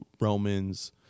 romans